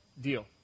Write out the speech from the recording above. deal